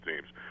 teams